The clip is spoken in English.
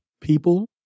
people